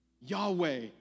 Yahweh